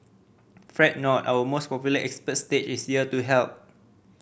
fret not our most popular expert stage is here to help